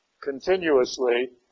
continuously